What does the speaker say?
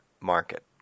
market